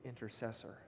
intercessor